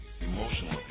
emotional